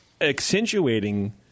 accentuating